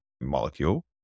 molecule